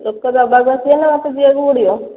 ଲୋକ ଦେବାକୁ ଆସିବେ ନା ମୋତେ ଯିବାକୁ ପଡ଼ିବ